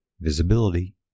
Visibility